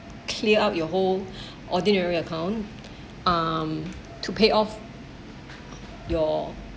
clear out your whole ordinary account um to pay off your